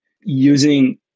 using